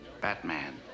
Batman